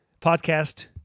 podcast